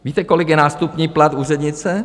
Víte, kolik je nástupní plat úřednice?